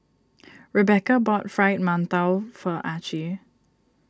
Rebeca bought Fried Mantou for Archie